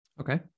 Okay